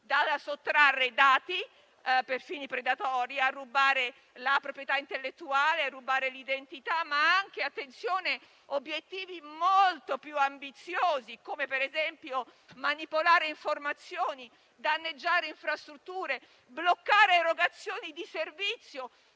come sottrarre dati per fini predatori e rubare la proprietà intellettuale e l'identità, ma anche - attenzione - obiettivi molto più ambiziosi, come per esempio manipolare informazioni, danneggiare infrastrutture e bloccare erogazioni di servizio,